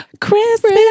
Christmas